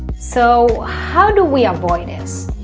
so how do we avoid this?